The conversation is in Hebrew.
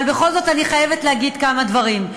אבל בכל זאת אני חייבת להגיד כמה דברים.